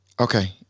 Okay